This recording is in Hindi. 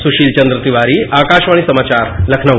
सुशील चंद्र तिवारी आकाशवाणी समाचार लखनऊ